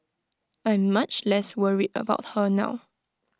I'm much less worried about her now